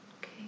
Okay